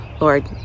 Lord